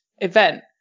event